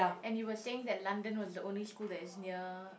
and you were saying that London was the only school that is near